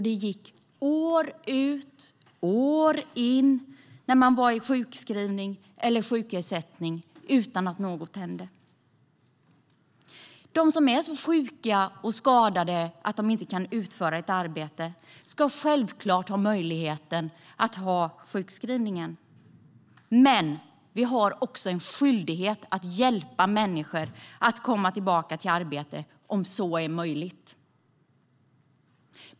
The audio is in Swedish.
De gick år ut och år in i sjukskrivning och sjukersättning utan att något hände. De som är så sjuka och skadade att de inte kan utföra ett arbete ska självfallet ha möjlighet till sjukskrivning, men vi har en skyldighet att hjälpa människor att komma tillbaka till arbete, om så är möjligt.